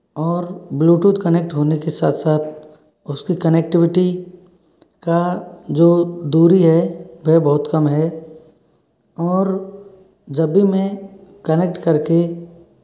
और bluetooth connect होने के साथ साथ उसकी कनेक्टिविटी का जो दूरी है वह बहुत कम है और जब भी मैं कनेक्ट करके